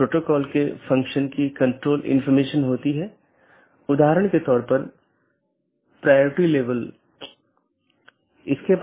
इसलिए सूचनाओं को ऑटॉनमस सिस्टमों के बीच आगे बढ़ाने का कोई रास्ता होना चाहिए और इसके लिए हम BGP को देखने की कोशिश करते हैं